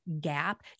Gap